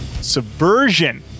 Subversion